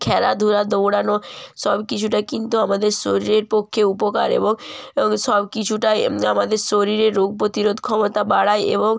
খেলাধুলা দৌড়ানো সব কিছুটা কিন্তু আমাদের শরীরের পক্ষে উপকার এবং সব কিছুটাই আমাদের শরীরে রোগ প্রতিরোধ ক্ষমতা বাড়ায় এবং